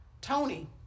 Tony